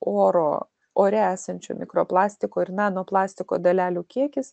oro ore esančio mikroplastiko ir nanoplastiko dalelių kiekis